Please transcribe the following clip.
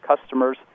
customers